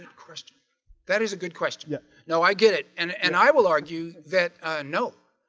christian that is a good question. yeah. no, i get it and and i will argue that nope.